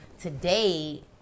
today